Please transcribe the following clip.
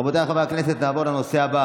רבותיי חברי הכנסת, נעבור לנושא הבא